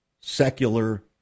secular